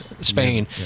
Spain